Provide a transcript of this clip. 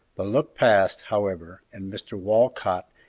the look passed, however, and mr. walcott,